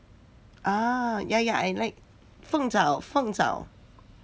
ah ya ya I like 凤爪凤爪